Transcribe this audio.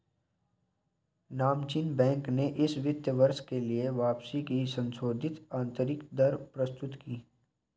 नामचीन बैंक ने इस वित्त वर्ष के लिए वापसी की संशोधित आंतरिक दर प्रस्तुत की